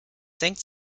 senkt